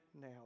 now